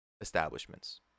establishments